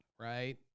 Right